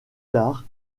tard